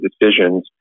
decisions